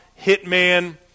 hitman